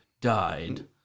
died